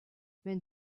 meant